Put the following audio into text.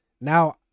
Now